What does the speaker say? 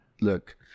Look